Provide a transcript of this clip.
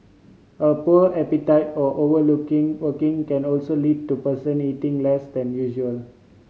a poor appetite or overlooking working can also lead to person eating less than usual